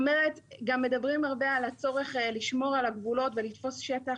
מדברים הרבה על הצורך לשמור על הגבולות ולתפוס שטח,